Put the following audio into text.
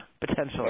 potentially